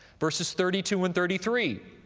verses thirty two and thirty three.